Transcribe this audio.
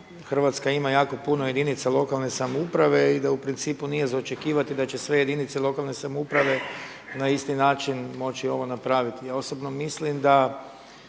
Hrvatska ima jako puno jedinica lokalne samouprave i da u principu nije za očekivati da će sve jedinice lokalne samouprave na isti način moći ovo napraviti. Ja osobno mislim da